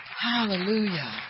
hallelujah